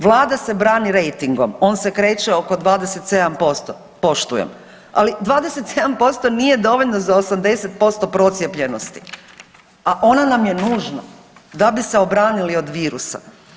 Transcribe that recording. Vlada se brani rejtingom, on se kreće oko 27%, poštujem, ali 27% nije dovoljno za 80% procijepljenosti, a ona nam je nužna da bi se obranili od virusa.